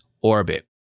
orbit